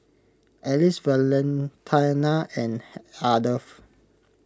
Elise Valentina and Ardeth